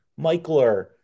Michler